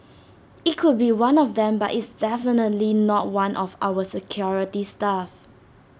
IT could be one of them but it's definitely not one of our security staff